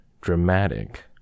dramatic